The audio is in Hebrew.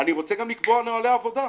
אני רוצה גם לקבוע נהלי עבודה.